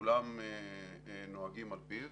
וכולם נוהגים על פיו,